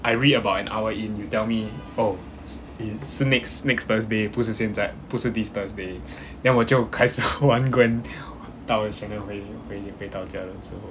I read about an hour in you tell me oh it's 是 next next thursday 不是现在不是 this thursday then 我就开始玩 gwen 到 shannon 回回回到家了 so